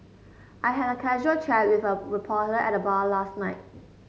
I had a casual chat with a reporter at the bar last night